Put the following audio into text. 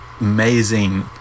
amazing